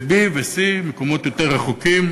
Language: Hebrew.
B ו-C הם מקומות רחוקים יותר.